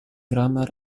grammar